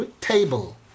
table